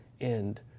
end